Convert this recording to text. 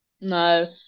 No